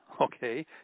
okay